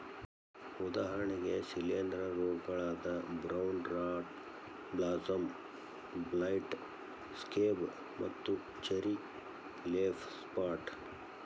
ಉದಾಹರಣೆಗೆ ಶಿಲೇಂಧ್ರ ರೋಗಗಳಾದ brown rot blossom blight, scab ಮತ್ತು ಚೆರ್ರಿ ಲೇಫ್ ಸ್ಪಾಟ್